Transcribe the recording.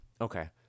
Okay